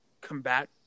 combat